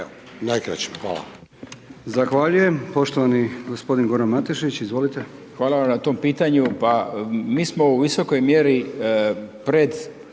Evo u najkraćem. Hvala.